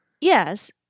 Yes